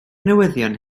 newyddion